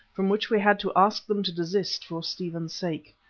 from which we had to ask them to desist for stephen's sake.